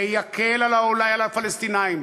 זה יקל אולי על הפלסטינים,